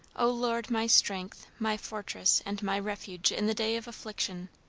o lord, my strength, my fortress, and my refuge in the day of affliction!